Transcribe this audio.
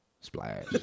Splash